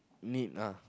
need lah